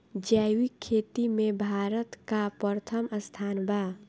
जैविक खेती में भारत का प्रथम स्थान बा